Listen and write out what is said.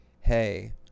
hey